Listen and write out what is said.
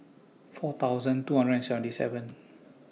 four thousand two hundred and seventy seven